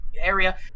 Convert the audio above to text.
area